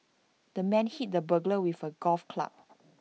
the man hit the burglar with A golf club